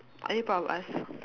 are you proud of us